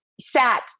sat